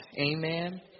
Amen